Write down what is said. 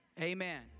Amen